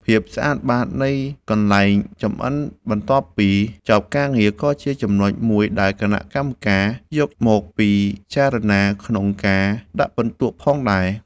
ភាពស្អាតបាតនៃកន្លែងចម្អិនបន្ទាប់ពីចប់ការងារ ក៏ជាចំណុចមួយដែលគណៈកម្មការយកមកពិចារណាក្នុងការដាក់ពិន្ទុផងដែរ។